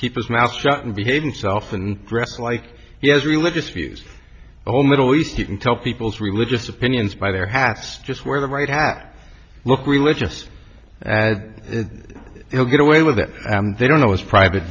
keep his mouth shut and behave himself and dress like he has religious views the whole middle east you can tell people's religious opinions by their hats just wear the right hat look religious and he'll get away with it they don't know his private